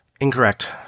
incorrect